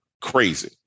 crazy